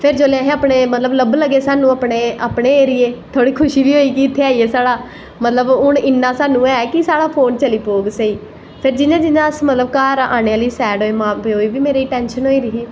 फिर जिसलै मतलव लब्भन लगे अपनें एरिये थोह्ड़ी खुशी बी होई कि इत्थें आईयै साढ़ा मतलव इन्ना स्हानू ऐ कि हून फोन साढ़ा चली पौह्ग स्हेई फिर जियां जियां मतलव अस घर आनें आह्ली सैड मां प्यो गी बी मेरे टैंशन होई दी ही